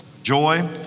joy